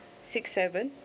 six seven